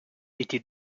était